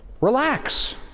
Relax